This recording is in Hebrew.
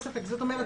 זאת אומרת,